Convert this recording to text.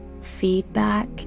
feedback